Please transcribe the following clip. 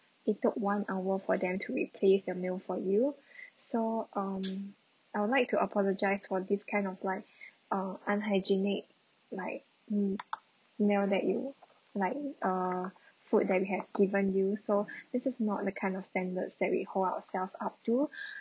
it took one hour for them to replace your meal for you so um I would like to apologise for this kind of like a unhygienic like um meal that you like uh food that we have given you so this is not the kind of standards that we hold ourselves up to